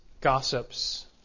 gossips